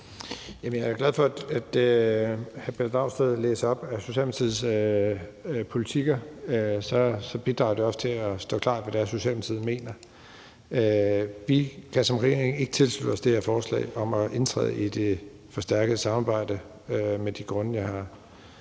Jeg er glad for, at hr. Pelle Dragsted læser op af Socialdemokratiets politikker. Så bidrager det også til, at det står klart, hvad det er, Socialdemokratiet mener. Vi kan som regering ikke tilslutte os det her forslag om at indtræde i det forstærkede samarbejde af de grunde, jeg har